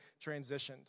transitioned